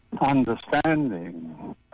understanding